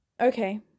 Okay